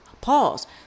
Pause